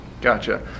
Gotcha